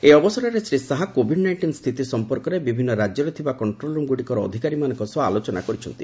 ଏହି ଅବସରରେ Shri Shah Covid nineteen ସ୍ଥିତି ସଂପର୍କରେ ବିଭିନ୍ନ ରାଜ୍ୟରେ ଥିବା କଣ୍ଟ୍ରୋଲ୍ରୁମ୍ଗୁଡ଼ିକର ଅଧିକାରୀମାନଙ୍କ ସହ ଆଲୋଚନା କରିଛନ୍ତି